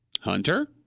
Hunter